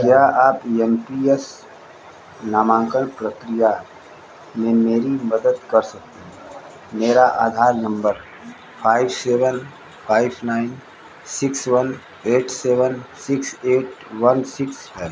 क्या आप N P S नामांकन प्रक्रिया में मेरी मदद कर सकते हैं मेरा Aadhaar number five seven five nine six one eight seven six eight one six है